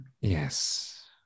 Yes